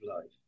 life